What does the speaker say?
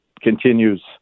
continues